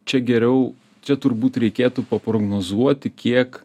čia geriau čia turbūt reikėtų paprognozuoti kiek